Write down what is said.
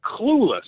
clueless